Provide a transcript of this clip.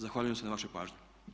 Zahvaljujem se na vašoj pažnji.